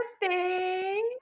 birthday